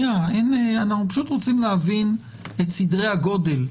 אנחנו פשוט רוצים להבין את סדרי הגודל.